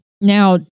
Now